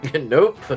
Nope